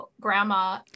grandma